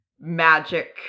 magic